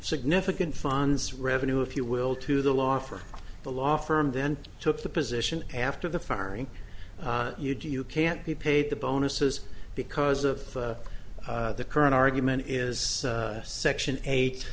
significant funds revenue if you will to the law for the law firm then took the position after the firing you do you can't be paid the bonuses because of the current argument is section eight